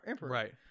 Right